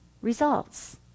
results